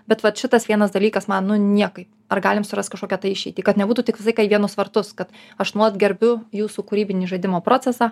bet vat šitas vienas dalykas man nu niekaip ar galim surast kažkokią tai išeitį kad nebūtų tik visą laiką į vienus vartus kad aš nuolat gerbiu jūsų kūrybinį žaidimo procesą